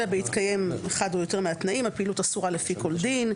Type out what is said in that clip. אלא בהתקיים אחד או יותר מהתנאים: הפעילות אסורה לפי כל דין,